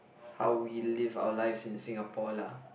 how we live our lives in Singapore lah